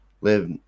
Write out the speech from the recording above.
live